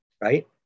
right